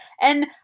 And-